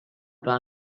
pas